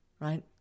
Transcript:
right